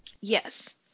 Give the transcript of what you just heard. Yes